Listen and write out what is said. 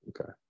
okay